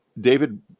David